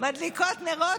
מדליקות נרות,